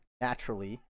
naturally